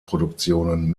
produktionen